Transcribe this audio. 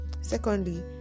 Secondly